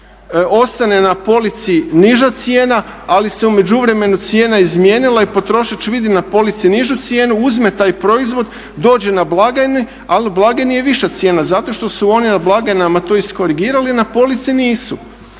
ostane na polici niža cijena ali se u međuvremenu cijena izmijenila i potrošač vidi na polici nižu cijenu, uzme taj proizvod, dođe na blagaju ali na blagajni je viša cijena zato što su oni na blagajnama to iskorigirali a na polici nisu.